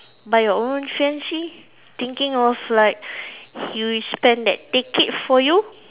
by your own fiance thinking of like he will spend the ticket for you